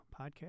podcast